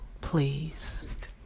pleased